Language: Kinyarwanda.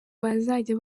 bazajya